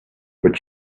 but